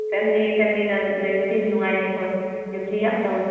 family ꯐꯦꯃꯤꯂꯤꯅ ꯂꯩꯕꯗꯤ ꯅꯨꯡꯉꯥꯏꯅꯤ ꯍꯣꯏ ꯌꯨꯝꯗꯤ ꯌꯥꯝ ꯆꯥꯎꯋꯦ